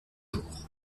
jours